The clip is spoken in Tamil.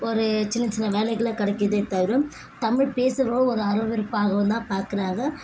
ஒரு சின்ன சின்ன வேலைகள் கிடைக்கிதே தவிர தமிழ் பேசுறோவங்கள ஒரு அருவருப்பாகவுந்தான் பார்க்குறாங்க